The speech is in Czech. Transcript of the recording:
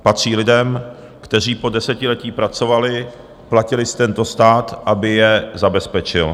Patří lidem, kteří po desetiletí pracovali, platili si tento stát, aby je zabezpečil.